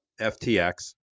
FTX